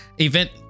event